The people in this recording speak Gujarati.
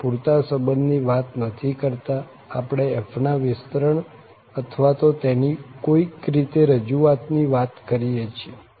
આપણે પૂરતા સંબંધ ની વાત નથી કરતા આપણે f ના વિસ્તરણ અથવા તો તેની કોઈક રીતે રજૂઆત ની વાત કરીએ છીએ